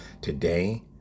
today